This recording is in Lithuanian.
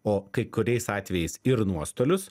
o kai kuriais atvejais ir nuostolius